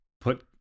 put